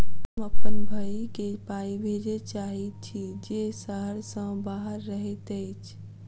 हम अप्पन भयई केँ पाई भेजे चाहइत छि जे सहर सँ बाहर रहइत अछि